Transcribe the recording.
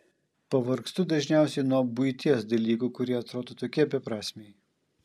pavargstu dažniausiai nuo buities dalykų kurie atrodo tokie beprasmiai